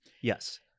Yes